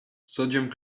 sodium